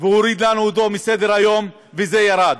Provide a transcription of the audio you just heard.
והוריד אותו מסדר-היום, וזה ירד,